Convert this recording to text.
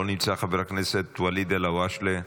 לא נמצא, חבר הכנסת ואליד אלהואשלה,